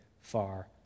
far